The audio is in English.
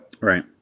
right